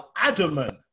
adamant